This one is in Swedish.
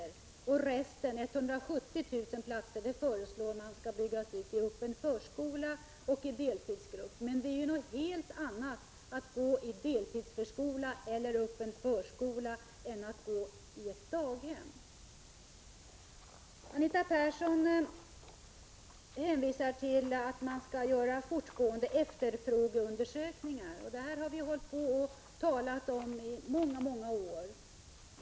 Resten av den utbyggnad som föreslås — 170 000 platser — vill regeringen placera inom öppen förskola och deltidsförskola. Men det är något helt annat att gå i deltidsförskola eller öppen förskola än att gå i ett daghem! Anita Persson hänvisar till att man skall göra efterfrågeundersökningar. Det har vi hållit på att tala om i många år.